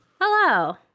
Hello